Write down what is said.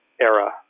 era